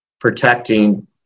protecting